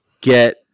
get